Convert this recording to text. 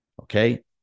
okay